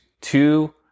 two